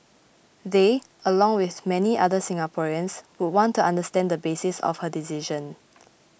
they along with many other Singaporeans would want to understand the basis of her decision